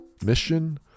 Mission